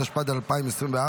התשפ"ד 2024,